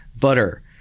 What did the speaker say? butter